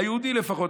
היהודי לפחות,